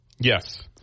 Yes